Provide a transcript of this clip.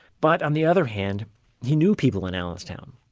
but on the other hand he knew people in allenstown.